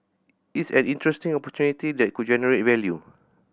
it's an interesting opportunity that could generate value